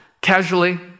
Casually